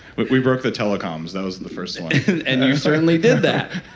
but we broke the telecoms, that was and the first one and you certainly did that.